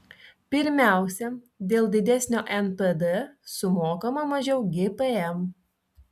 pirmiausia dėl didesnio npd sumokama mažiau gpm